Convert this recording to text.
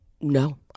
no